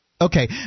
Okay